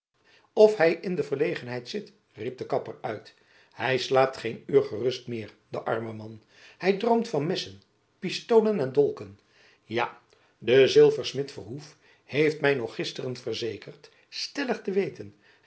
of hy in de verlegenheid zit riep de kapper uit hy slaapt geen uur gerust meer de arme man hy droomt van messen pistolen en dolken ja de zilversmid verhoef heeft my nog gisteren verzekerd stellig te weten